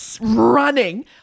running